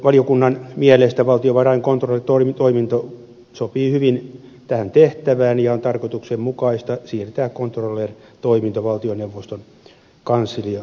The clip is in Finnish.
valiokunnan mielestä valtiovarain controller toiminto sopii hyvin tähän tehtävään ja on tarkoituksenmukaista siirtää controller toiminto valtioneuvoston kansliaan